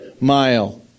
mile